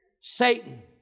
Satan